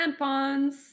Tampons